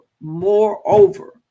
moreover